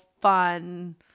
fun